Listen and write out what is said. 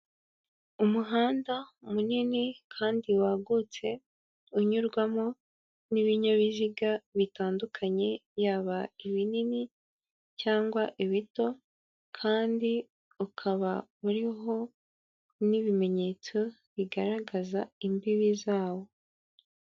Umuhanda munini kandi wagutse, unyurwamo n'ibinyabiziga bitandukanye, yaba ibinini cyangwa ibito, kandi ukaba uriho n'ibimenyetso bigaragaza imbibi zawo.